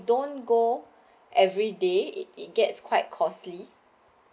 don't go every day it gets quite costly